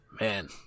Man